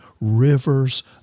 rivers